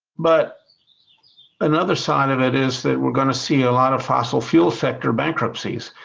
but another side of it is that we're gonna see a lot of fossil fuel sector bankruptcies.